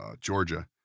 Georgia